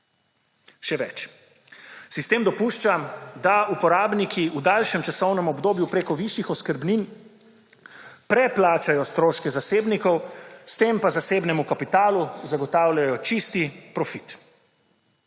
Še več, sistem dopušča, da uporabniki v daljšem časovnem obdobju preko višjih oskrbnin preplačajo stroške zasebnikov, s tem pa zasebnemu kapitalu zagotavljajo čisti profit.